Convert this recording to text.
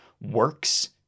works